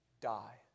die